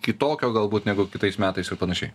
kitokio galbūt negu kitais metais ir panašiai